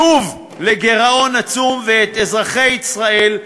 שוב, לגירעון עצום, ואת אזרחי ישראל,